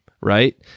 right